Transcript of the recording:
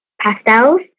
pastels